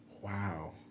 Wow